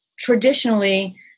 traditionally